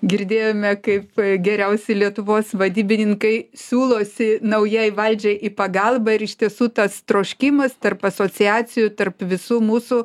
girdėjome kaip geriausi lietuvos vadybininkai siūlosi naujai valdžiai į pagalbą ir iš tiesų tas troškimas tarp asociacijų tarp visų mūsų